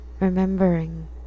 Remembering